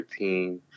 13